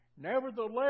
Nevertheless